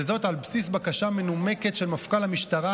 וזאת על בסיס בקשה מנומקת של מפכ"ל המשטרה